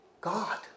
God